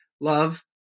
Love